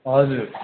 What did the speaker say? हजुर